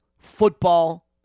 football